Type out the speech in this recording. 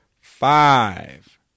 five